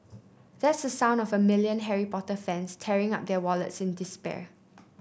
that's the sound of a million Harry Potter fans tearing up their wallets in despair